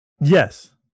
yes